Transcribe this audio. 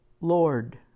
Lord